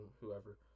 whoever